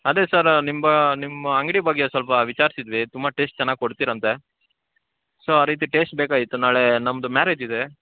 ಅದೇ ಸರ್ ನಿಮ್ಮ ನಿಮ್ಮ ಅಂಗಡಿ ಬಗ್ಗೆ ಸ್ವಲ್ಪ ವಿಚಾರಿಸಿದ್ವಿ ತುಂಬ ಟೇಸ್ಟ್ ಚೆನ್ನಾಗಿ ಕೊಡ್ತೀರಂತೆ ಸೋ ಆ ರೀತಿ ಟೇಸ್ಟ್ ಬೇಕಾಗಿತ್ತು ನಾಳೆ ನಮ್ಮದು ಮ್ಯಾರೇಜ್ ಇದೆ